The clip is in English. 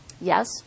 Yes